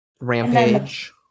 Rampage